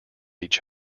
each